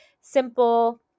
simple